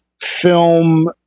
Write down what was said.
film